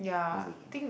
that's the thing